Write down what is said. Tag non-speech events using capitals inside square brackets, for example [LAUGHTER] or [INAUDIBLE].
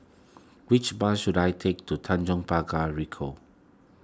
[NOISE] which bus should I take to Tanjong Pagar Ricoh